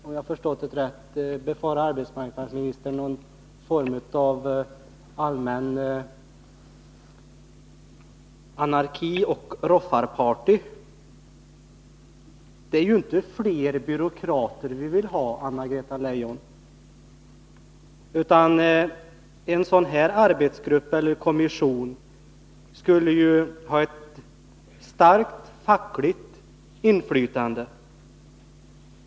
Om jag har förstått rätt befarar arbetsmarknadsministern någon form av allmän anarki och roffarparty. Det är inte fler byråkrater vi vill ha, Anna-Greta Leijon. En sådan här arbetsgrupp eller kommission skulle ha ett starkt fackligt inflytande.